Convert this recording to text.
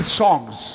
songs